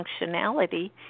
functionality